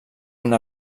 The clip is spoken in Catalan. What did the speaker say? una